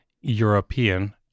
European